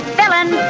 villain